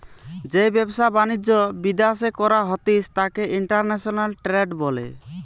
যেই ব্যবসা বাণিজ্য বিদ্যাশে করা হতিস তাকে ইন্টারন্যাশনাল ট্রেড বলে